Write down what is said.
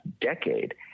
decade